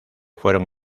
fueron